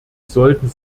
sollten